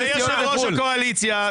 כמו שאמר יושב ראש הוועדה ויושב ראש הקואליציה,